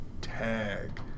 tag